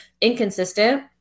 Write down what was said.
inconsistent